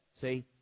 See